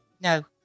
No